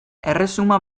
erresuma